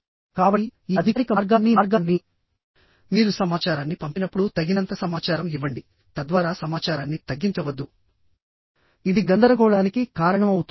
కాబట్టి ఈ అధికారిక మార్గాలన్నీ మార్గాలన్నీ మీరు సమాచారాన్ని పంపినప్పుడు తగినంత సమాచారం ఇవ్వండి తద్వారా సమాచారాన్ని తగ్గించవద్దు ఇది గందరగోళానికి కారణమవుతుంది